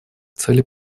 цели